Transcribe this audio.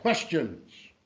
questions,